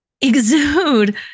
Exude